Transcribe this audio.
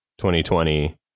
2020